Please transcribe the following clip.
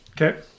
Okay